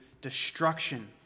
destruction